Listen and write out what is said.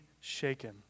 shaken